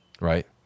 Right